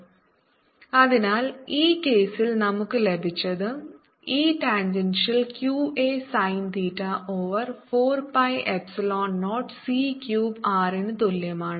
EtErvtsin cτEratsin c Er×42r2c2t2q0 Erq420c2t2 Etqa sin θ420c2r അതിനാൽ ഈ കേസിൽ നമുക്ക് ലഭിച്ചത് E tangential q a sine theta over 4 pi epsilon 0 c cube R ന് തുല്യമാണ്